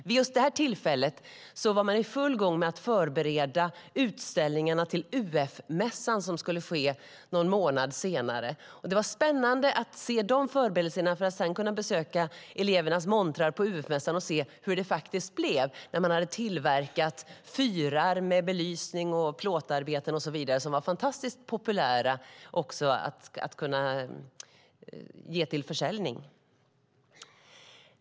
Vid just det här tillfället var man i full färd med att förbereda utställningarna till UF-mässan, som skulle ske någon månad senare. Det var spännande att se de förberedelserna för att sedan kunna besöka elevernas montrar på UF-mässan och se hur det faktiskt blev. Man hade tillverkat fyrar med belysning, plåtarbeten och så vidare som var fantastiskt populära att också bjuda ut till försäljning.